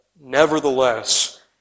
nevertheless